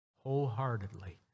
wholeheartedly